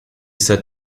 said